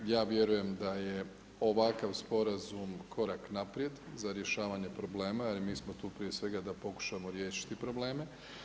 Ja vjerujem da je ovakav sporazum korak naprijed za rješavanje problema jer mi smo tu prije svega da pokušamo riješiti probleme.